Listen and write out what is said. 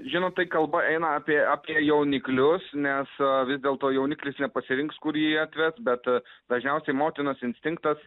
žinot tai kalba eina apie apie jauniklius nes vis dėlto jauniklis nepasirinks kur jį atves bet dažniausiai motinos instinktas